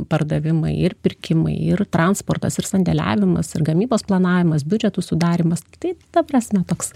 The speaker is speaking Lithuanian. pardavimai ir pirkimai ir transportas ir sandėliavimas ir gamybos planavimas biudžetų sudarymas tai ta prasme toks